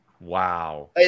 Wow